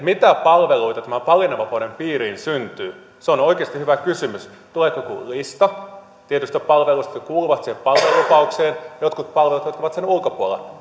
mitä palveluita tämän valinnanvapauden piiriin syntyy se on oikeasti hyvä kysymys tuleeko joku lista tietyistä palveluista jotka kuuluvat siihen palvelulupaukseen ja jotkut palvelut ovat sen ulkopuolella